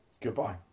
Goodbye